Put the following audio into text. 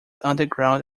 underground